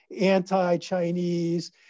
anti-Chinese